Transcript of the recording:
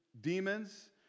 demons